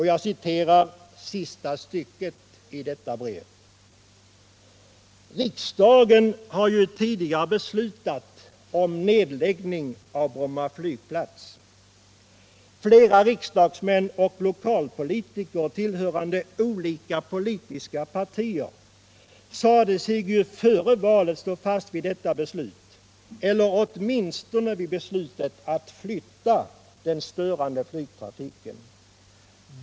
Jag citerar sista stycket i detta brev: ”Riksdagen har ju tidigare beslutat om nedläggning 159 av Bromma flygplats. Flera riksdagsmän och lokalpolitiker tillhörande olika politiska partier sade sig ju före valet stå fast vid detta beslut eller åtminstone vid beslutet att flytta den störande flygtrafiken.